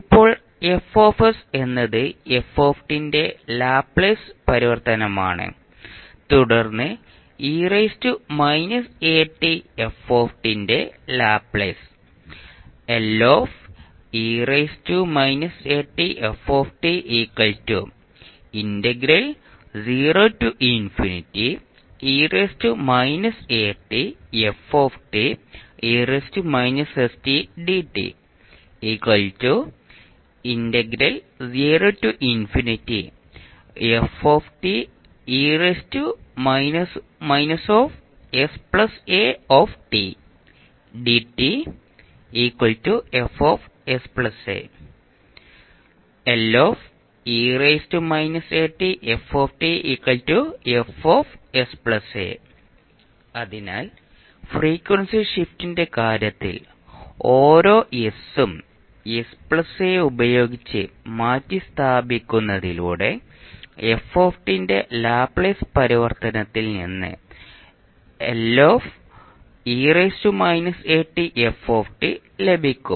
ഇപ്പോൾ F എന്നത് f ന്റെ ലാപ്ലേസ് പരിവർത്തനമാണ് തുടർന്ന് ന്റെ ലാപ്ലേസ് അതിനാൽ ഫ്രീക്വൻസി ഷിഫ്റ്റിന്റെ കാര്യത്തിൽ ഓരോ s ഉം sa ഉപയോഗിച്ച് മാറ്റിസ്ഥാപിക്കുന്നതിലൂടെ f ന്റെ ലാപ്ലേസ് പരിവർത്തനത്തിൽ നിന്ന് ലഭിക്കും